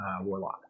warlock